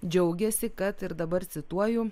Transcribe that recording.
džiaugiasi kad ir dabar cituoju